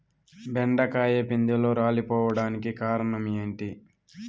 బెండకాయ పిందెలు రాలిపోవడానికి కారణం ఏంటి?